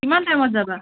কিমান টাইমত যাবা